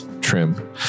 trim